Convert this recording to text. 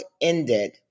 ended